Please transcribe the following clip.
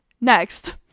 Next